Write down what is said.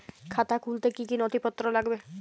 খাতা খুলতে কি কি নথিপত্র লাগবে?